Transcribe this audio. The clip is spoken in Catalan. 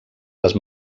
les